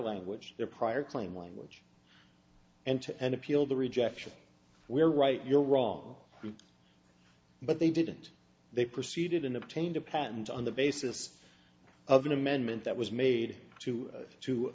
language their prior claim language and to and appeal the rejection we're right you're wrong but they didn't they proceeded in obtained a patent on the basis of an amendment that was made to